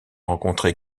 rencontré